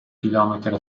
chilometri